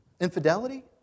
infidelity